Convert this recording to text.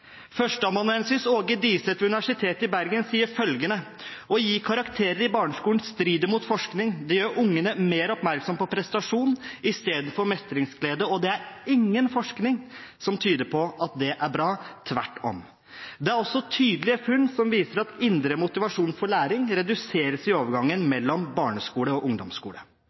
Universitetet i Bergen sier at å gi karakterer i barneskolen strider imot forskning. Det gjør ungene oppmerksom på prestasjon istedenfor mestringsglede, og det er ingen forskning som tyder på at det er bra – tvert om. Det er også tydelige funn som viser at indre motivasjon for læring reduseres i overgangen mellom barneskole og ungdomsskole.